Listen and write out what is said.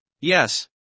yes